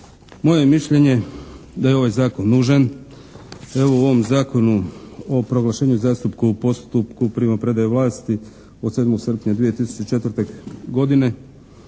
je mišljenje da je ovaj zakon nužan. Evo u ovom Zakonu o postupku primopredaje vlasti od 7. srpnja 2004. godine